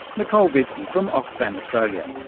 nicole bieske from oxfam australia.